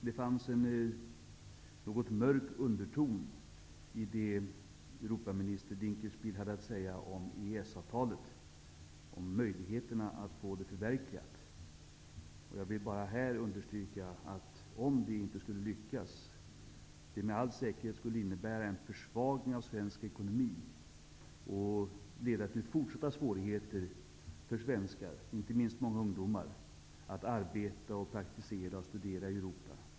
Det fanns en något mörk underton i det Europaminister Dinkelspiel hade att säga om EES-avtalet och möjligheterna att få det förverkligat. Jag vill understryka att om det inte skulle lyckas, skulle det med all säkerhet innebära en försvagning av svensk ekonomi. Det skulle leda till fortsatta svårigheter för svenskar, inte minst många ungdomar, att arbeta, praktisera och studera i Europa.